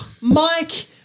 Mike